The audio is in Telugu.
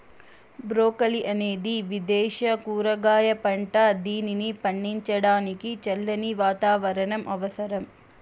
బ్రోకలి అనేది విదేశ కూరగాయ పంట, దీనిని పండించడానికి చల్లని వాతావరణం అవసరం